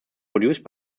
produced